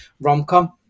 rom-com